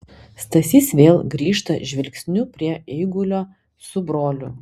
stasys vėl grįžta žvilgsniu prie eigulio su broliu